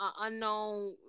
unknown